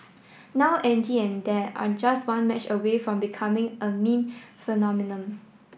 now Andy and dad are just one match away from becoming a meme phenomenon